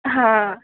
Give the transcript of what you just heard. हां